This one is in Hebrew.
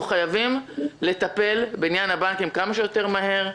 אנחנו חייבים לטפל בעניין הבנקים כמה שיותר מהר,